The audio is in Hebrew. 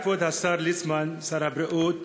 כבוד השר יעקב ליצמן, שר הבריאות,